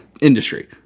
Industry